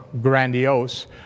grandiose